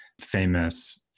famous